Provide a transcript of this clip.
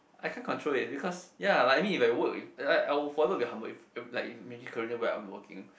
I can't control it because ya like I mean if I work I I will forever be humble if like imagine a career where I will be working